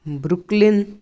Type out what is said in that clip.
brooklyn